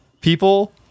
people